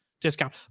discount